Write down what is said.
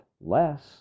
less